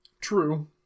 True